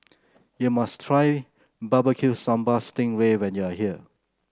you must try Barbecue Sambal Sting Ray when you are here